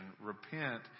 Repent